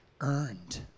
earned